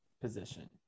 position